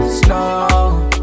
slow